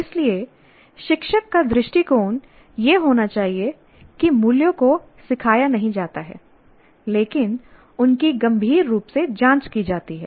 इसलिए शिक्षक का दृष्टिकोण यह होना चाहिए कि मूल्यों को सिखाया नहीं जाता है लेकिन उनकी गंभीर रूप से जांच की जाती है